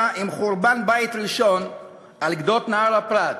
עם חורבן בית ראשון על גדות נהר הפרת,